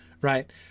right